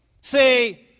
say